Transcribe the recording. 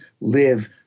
live